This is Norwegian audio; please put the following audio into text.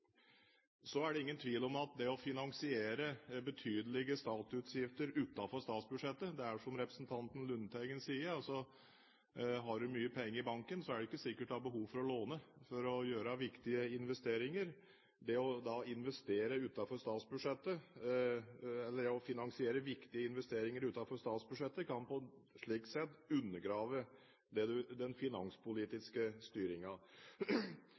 Så er det ingen tvil om at det å finansiere betydelige statsutgifter utenfor statsbudsjettet er slik som representanten Lundteigen sier: Har man mye penger i banken, så er det ikke sikkert man har behov for å låne for å gjøre viktige investeringer. Det å investere utenfor statsbudsjettet, eller det å finansiere viktige investeringer utenfor statsbudsjettet, kan slik sett undergrave den finanspolitiske